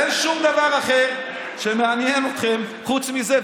אין שום דבר אחר שמעניין אתכם חוץ מזה,